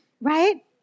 right